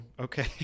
Okay